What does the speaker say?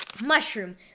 Mushroom